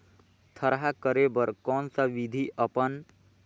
थरहा करे बर कौन सा विधि अपन?